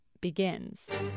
begins